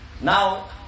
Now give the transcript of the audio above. Now